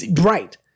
Right